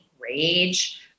rage